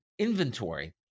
Inventory